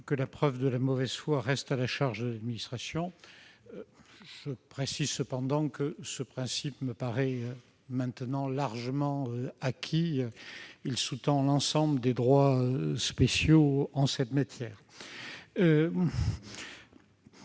que la preuve de la mauvaise foi reste à la charge de l'administration. Je précise cependant que ce principe me paraît maintenant largement acquis. Il sous-tend l'ensemble des droits spéciaux en cette matière.